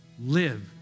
live